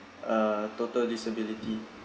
uh total disability